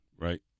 right